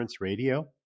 radio